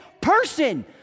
person